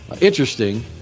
interesting